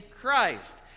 Christ